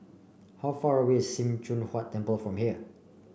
how far away is Sim Choon Huat Temple from here